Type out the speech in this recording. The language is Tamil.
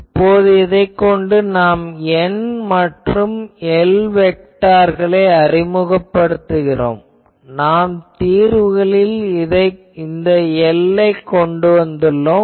இப்போது இதைக் கொண்டு நாம் N மற்றும் L வெக்டார்களை அறிமுகப்படுத்துகிறோம் நாம் தீர்வுகளில் இந்த L கொண்டு வந்துள்ளோம்